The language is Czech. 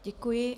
Děkuji.